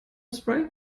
spray